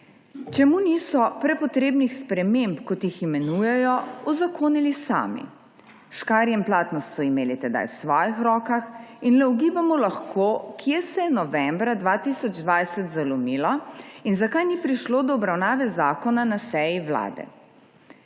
Čemu niso prepotrebnih sprememb, kot jih imenujejo, uzakonili sami? Škarje in plastno so imeli tedaj v svojih rokah in le ugibamo lahko, kje se je novembra 2020 zalomilo in zakaj ni prišlo do obravnave zakona na seji vlade.